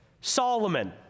Solomon